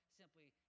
simply